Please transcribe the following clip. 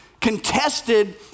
contested